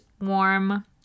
warm